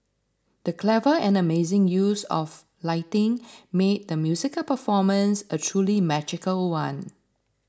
the clever and amazing use of lighting made the musical performance a truly magical one